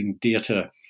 Data